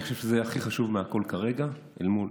ואני חושב שזה הכי חשוב מהכול כרגע אל מול